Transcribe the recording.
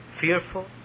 Fearful